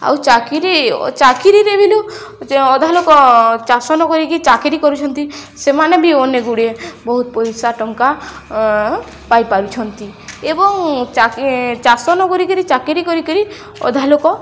ଆଉ ଚାକିରି ଚାକିରିରେ ଅଧା ଲୋକ ଚାଷ ନ କରିକି ଚାକିରି କରୁଛନ୍ତି ସେମାନେ ବି ଅନେକ ଗୁଡ଼ିଏ ବହୁତ ପଇସା ଟଙ୍କା ପାଇପାରୁଛନ୍ତି ଏବଂ ଚାଷ ନ କରିକି ଚାକିରି କରିକି ଅଧା ଲୋକ